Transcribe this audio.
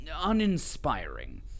uninspiring